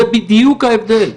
זה בדיוק ההבדל.